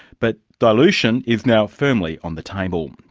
but dilution is now firmly on the table.